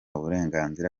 burenganzira